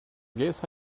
guess